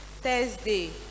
Thursday